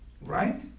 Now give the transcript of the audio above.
right